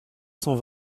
cent